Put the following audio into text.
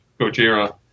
Gojira